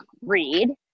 read